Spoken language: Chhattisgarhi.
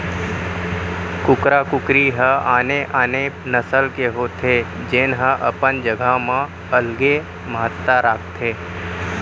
कुकरा कुकरी ह आने आने नसल के होथे जेन ह अपन जघा म अलगे महत्ता राखथे